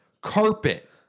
carpet